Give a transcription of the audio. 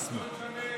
לא משנה,